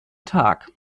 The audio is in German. tag